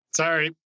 Sorry